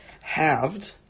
Halved